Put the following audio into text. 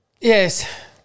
Yes